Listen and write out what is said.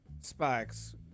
spikes